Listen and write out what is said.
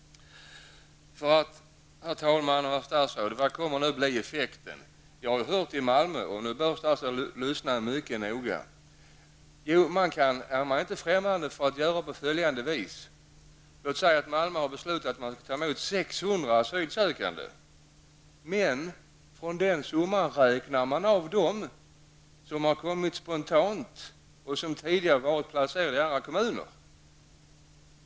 Herr talman! Vad blir då effekten? Jag har hört hur det går till i Malmö, och statsrådet bör lyssna mycket noga till det som jag har att säga. Låt oss anta att man i Malmö har beslutat att ta emot 600 asylsökande, men då är man inte främmande för att från den summan dra ifrån de flyktingar som har kommit spontant och som tidigare har varit placerade i andra kommuner.